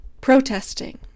protesting